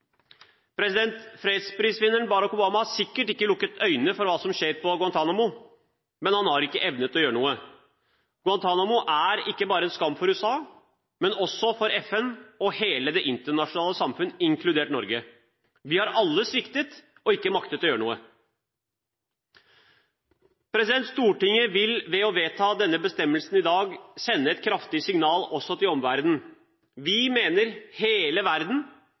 president, lovet han å stenge denne leiren innen ett år. Han har mislyktes. Fredsprisvinneren Barack Obama har sikkert ikke lukket øynene for hva som skjer på Guantánamo, men han har ikke evnet å gjøre noe. Guantánamo er en skam ikke bare for USA, men også for FN og hele det internasjonale samfunn, inkludert Norge. Vi har alle sviktet og ikke maktet å gjøre noe. Stortinget vil ved å vedta denne bestemmelsen i dag sende et kraftig signal også til omverdenen. Vi mener hele verden